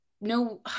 no